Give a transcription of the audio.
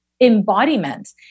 embodiment